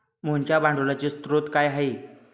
मोहनच्या भांडवलाचे स्रोत काय आहे?